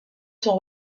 sont